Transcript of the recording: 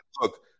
look